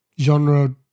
genre